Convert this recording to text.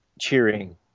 cheering